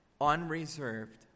unreserved